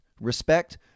respect